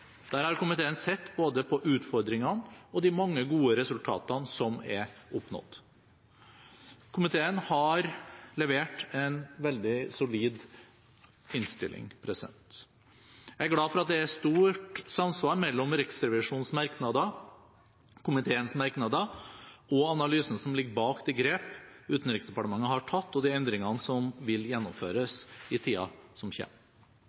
Der har komiteen sett både på utfordringene og på de mange gode resultatene som er oppnådd. Komiteen har levert en veldig solid innstilling. Jeg er glad for at det er stort samsvar mellom Riksrevisjonens merknader, komiteens merknader og analysen som ligger bak de grep Utenriksdepartementet har tatt, og de endringene som vil gjennomføres i tiden som